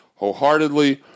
Wholeheartedly